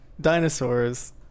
dinosaurs